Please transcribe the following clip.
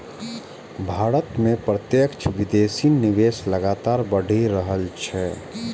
भारत मे प्रत्यक्ष विदेशी निवेश लगातार बढ़ि रहल छै